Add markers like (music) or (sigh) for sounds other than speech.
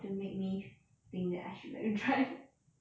to make me f~ think that I should let you drive (laughs)